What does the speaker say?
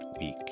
week